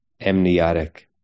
amniotic